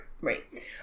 Right